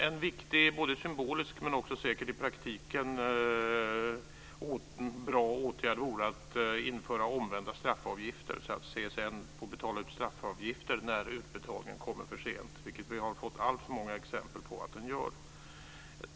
En viktig symbolisk men säkert också i praktiken bra åtgärd vore att införa omvända straffavgifter, så att CSN får betala ut straffavgifter när utbetalningen kommer för sent, vilket vi har fått alltför många exempel på att den gör.